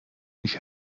ich